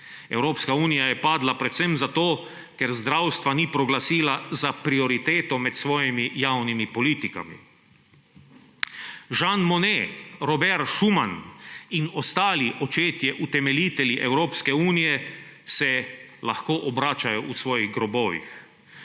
Evropska unija je padla predvsem zato, ker zdravstva ni proglasila za prioriteto med svojimi javnimi politikami. Jean Monnet, Robert Schuman in ostali očetje, utemeljitelji Evropske unije, se lahko obračajo v svojih grobovih.